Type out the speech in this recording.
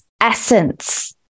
essence